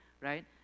right